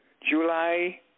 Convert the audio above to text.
July